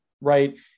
right